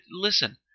listen